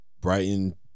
Brighton